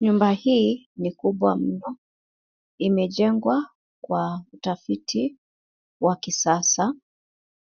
Nyumba hii ni kubwa mno. Imejengwa kwa utafiti wa kisasa.